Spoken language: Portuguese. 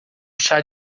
chá